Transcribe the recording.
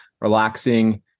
relaxing